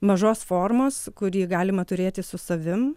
mažos formos kurį galima turėti su savim